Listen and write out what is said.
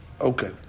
Okay